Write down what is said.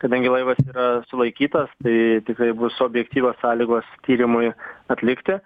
kadangi laivas yra sulaikytas tai tikrai bus objektyvios sąlygos tyrimui atlikti